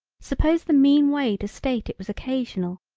suppose the mean way to state it was occasional,